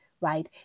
right